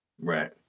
Right